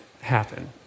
happen